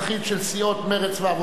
של סיעות מרצ והעבודה,